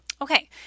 okay